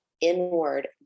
inward